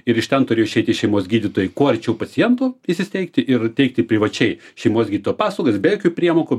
ir iš ten turėjo išeiti šeimos gydytojai kuo arčiau pacientų įsisteigti ir teikti privačiai šeimos gydytojo paslaugas be jokių priemokų